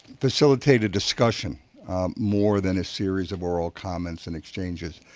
facilitate a discussion more than a series of oral comments and exchanges,